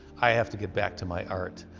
i have to get back to my art.